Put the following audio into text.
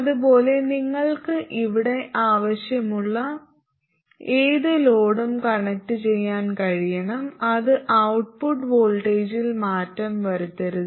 അതുപോലെ നിങ്ങൾക്ക് ഇവിടെ ആവശ്യമുള്ള ഏത് ലോഡും കണക്റ്റുചെയ്യാൻ കഴിയണം അത് ഔട്ട്പുട്ട് വോൾട്ടേജിൽ മാറ്റം വരുത്തരുത്